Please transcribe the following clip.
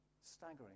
Staggering